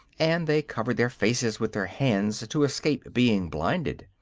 and they covered their faces with their hands to escape being blinded.